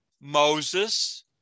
Moses